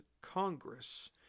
Congress